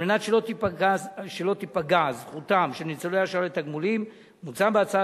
כדי שלא תיפגע זכותם של ניצולי השואה לתגמולים מוצע בהצעת